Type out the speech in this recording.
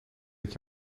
dat